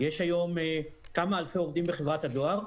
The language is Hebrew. יש היום כמה אלפי עובדים בחברת הדואר,